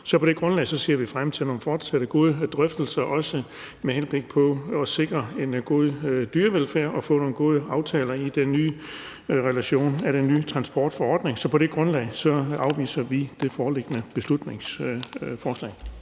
på det grundlag ser vi frem til nogle fortsat gode drøftelser, også med henblik på at sikre en god dyrevelfærd og få nogle gode aftaler i relation til den nye transportforordning. Så på det grundlag afviser vi det foreliggende beslutningsforslag.